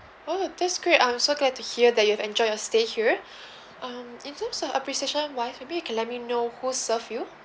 oh this great I'm so glad to hear that you have enjoyed your stay here um in terms of appreciation wise maybe you can let me know who serve you